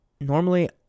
normally